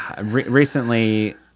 recently